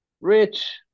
Rich